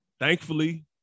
thankfully